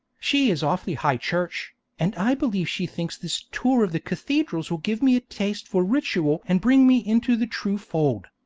she is awfully high church, and i believe she thinks this tour of the cathedrals will give me a taste for ritual and bring me into the true fold.